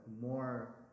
more